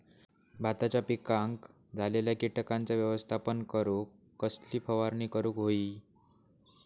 भाताच्या पिकांक झालेल्या किटकांचा व्यवस्थापन करूक कसली फवारणी करूक होई?